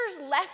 left